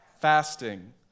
fasting